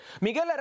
Miguel